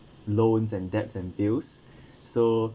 loans and debts and bills so